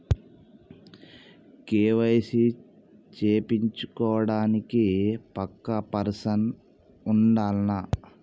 KYC చేపిచ్చుకోవడానికి పక్కా person ఉండాల్నా?